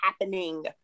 happening